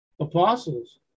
apostles